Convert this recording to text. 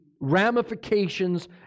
ramifications